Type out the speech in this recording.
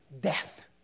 death